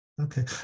Okay